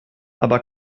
aber